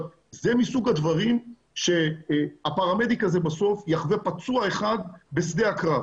זה מסוג הדברים שהפרמדיק הזה בסוף יחווה פצוע אחד בשדה הקרב,